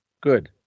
Good